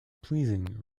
pleasing